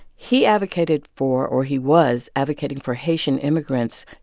he advocated for or he was advocating for haitian immigrants,